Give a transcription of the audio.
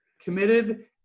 committed